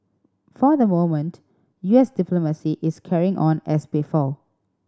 for the moment U S diplomacy is carrying on as before